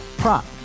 prop